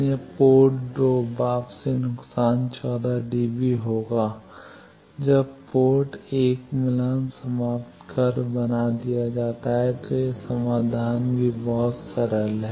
14 dB इसलिए port 2 वापसी नुकसान 14 डीबी होगा जब पोर्ट 1 को मिलान समाप्त कर दिया जाता है जो कि समाधान बी बहुत सरल है